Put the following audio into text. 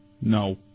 No